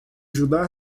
ajudar